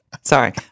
Sorry